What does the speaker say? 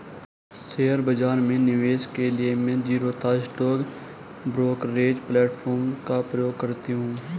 share बाजार में निवेश के लिए मैं ज़ीरोधा स्टॉक ब्रोकरेज प्लेटफार्म का प्रयोग करती हूँ